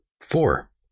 four